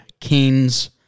Kings